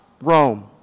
Rome